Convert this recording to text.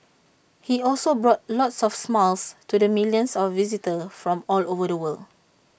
he also brought lots of smiles to the millions of visitors from all over the world